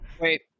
Wait